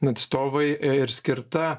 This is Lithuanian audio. atstovai ir skirta